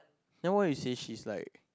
then why you say she is like